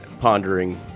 pondering